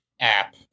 app